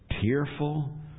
tearful